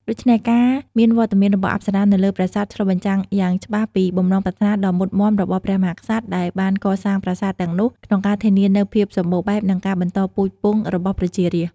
ដូច្នេះ ការមានវត្តមានរបស់អប្សរានៅលើប្រាសាទ ឆ្លុះបញ្ចាំងយ៉ាងច្បាស់ពី បំណងប្រាថ្នាដ៏មុតមាំរបស់ព្រះមហាក្សត្រ ដែលបានកសាងប្រាសាទទាំងនោះ ក្នុងការធានានូវ ភាពសម្បូរបែប និងការបន្តពូជពង្សរបស់ប្រជារាស្ត្រ។